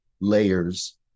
layers